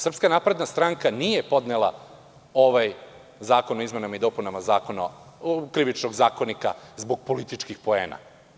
Srpska napredna stranka nije podnela ovaj zakon o izmenama i dopunama Krivičnog zakonika zbog političkih poena.